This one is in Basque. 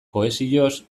kohesioz